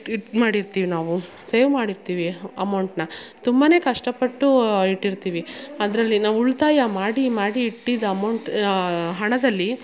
ಇದು ಮಾಡಿರ್ತೀವಿ ನಾವು ಸೇವ್ ಮಾಡಿರ್ತೀವಿ ಅಮೌಂಟನ್ನ ತುಂಬ ಕಷ್ಟ ಪಟ್ಟು ಇಟ್ಟಿರ್ತೀವಿ ಅದರಲ್ಲಿ ನಾವು ಉಳಿತಾಯ ಮಾಡಿ ಮಾಡಿ ಇಟ್ಟಿದ್ದ ಅಮೌಂಟ್ ಹಣದಲ್ಲಿ